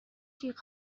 جیغ